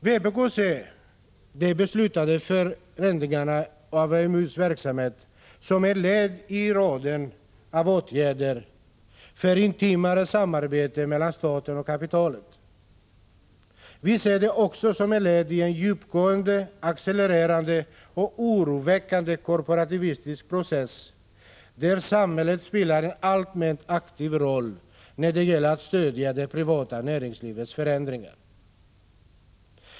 Vpk ser de beslutade förändringarna av AMU:s verksamhet som ett led i raden av åtgärder för intimare samarbete mellan staten och kapitalet. Vi ser det också som ett led i en djupgående, accelererande och oroväckande korporativistisk process, där samhället spelar en alltmer aktiv roll när det gäller att stödja det privata näringslivets förändringar.